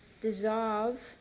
dissolve